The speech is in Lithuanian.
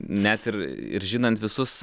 net ir ir žinant visus